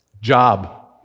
Job